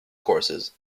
courses